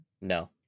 No